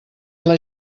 ela